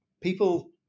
People